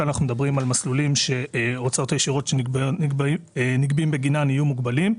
אנחנו מדברים על מסלולים שההוצאות הישירות שנגבות בגינם יהיו מוגבלות.